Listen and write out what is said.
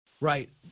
Right